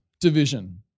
division